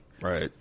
Right